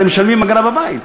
הרי משלמים אגרה בבית,